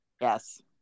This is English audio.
Yes